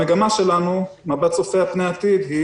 המגמה שלנו במבט הצופה פני העתיד היא